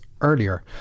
earlier